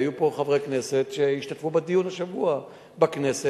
והיו פה חברי כנסת שהשתתפו בדיון השבוע בכנסת,